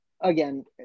Again